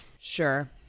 Sure